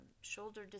shoulder